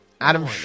Adam